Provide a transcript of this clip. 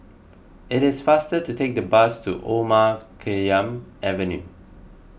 it is faster to take the bus to Omar Khayyam Avenue